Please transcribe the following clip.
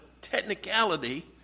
technicality